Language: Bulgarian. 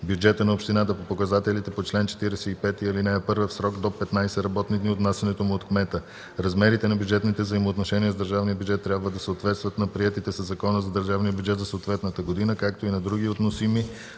бюджета на общината по показателите по чл. 45, ал. 1 в срок до 15 работни дни от внасянето му от кмета. Размерите на бюджетните взаимоотношения с държавния бюджет трябва да съответстват на приетите със закона за държавния бюджет за съответната година, както и на други относими